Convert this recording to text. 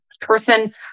person